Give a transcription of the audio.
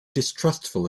distrustful